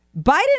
Biden